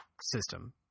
system